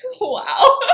Wow